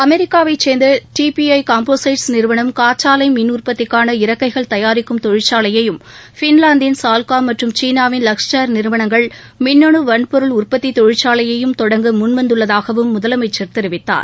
அமெரிக்காவைச் சேர்ந்த T P I composites நிறுவனம் காற்றாலை மின் உற்பத்திக்கான இறக்கைகள் தயாரிக்கும் தொழிற்சாலையையும் ஃபின்லாந்தின் சால்காம் மற்றும் சீனாவின் லக்ஸ்சேர் நிறுவனங்கள் மின்னணு வன்பொருள் உற்பத்தி தொழிற்சாலையையும் தொடங்க முன் வந்துள்ளதாகவும் முதலமைச்சர் தெரிவித்தார்